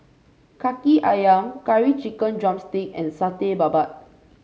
kaki ayam Curry Chicken drumstick and Satay Babat